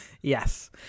Yes